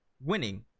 winning